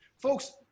Folks